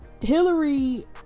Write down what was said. Hillary